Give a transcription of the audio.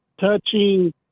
touching